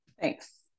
thanks